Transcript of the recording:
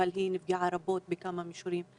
היא נפגעה רבות בכמה מישורים.